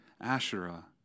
Asherah